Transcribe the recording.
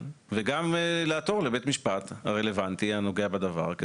וגם לעתור לבית משפט הרלוונטי הנוגע בדבר,